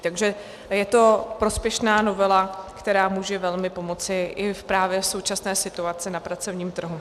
Takže je to prospěšná novela, která může velmi pomoci i právě v současné situaci na pracovním trhu.